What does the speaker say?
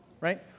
right